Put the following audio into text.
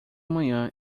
manhã